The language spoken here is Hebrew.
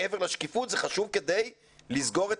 מעבר לשקיפות זה חשוב כדי לסגור את